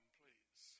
please